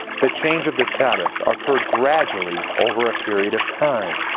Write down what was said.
the change of the sabbath occurred gradually over a period of time.